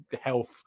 health